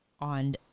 on